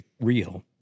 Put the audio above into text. real